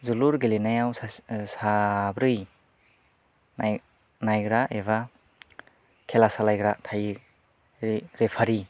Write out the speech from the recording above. जोलुर गेलेनायाव सासे साब्रै नायग्रा एबा खेला सालायग्रा थायो रेफारि